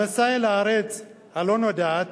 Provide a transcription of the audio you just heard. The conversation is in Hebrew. המסע אל הארץ הלא-נודעת,